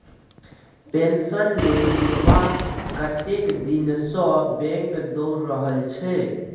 pension लेल बुढ़बा कतेक दिनसँ बैंक दौर रहल छै